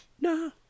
No